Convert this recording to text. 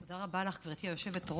תודה רבה לך, גברתי היושבת-ראש.